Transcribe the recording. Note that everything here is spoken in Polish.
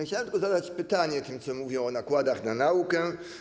Chciałbym tylko zadać pytanie tym, którzy mówią o nakładach na naukę.